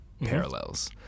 parallels